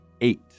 eight